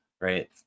right